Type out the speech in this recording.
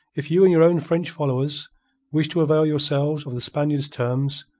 if you and your own french followers wish to avail yourselves of the spaniard's terms,